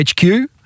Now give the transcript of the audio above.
HQ